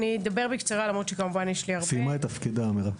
היא סיימה את תפקידה, מירב.